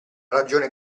ragione